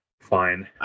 Fine